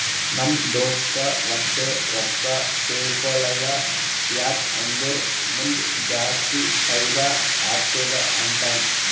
ನಮ್ ದೋಸ್ತ ವಟ್ಟೆ ರೊಕ್ಕಾ ತೇಕೊಳಲ್ಲ ಯಾಕ್ ಅಂದುರ್ ಮುಂದ್ ಜಾಸ್ತಿ ಫೈದಾ ಆತ್ತುದ ಅಂತಾನ್